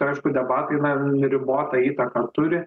ir aišku debatai na ribotą įtaką turi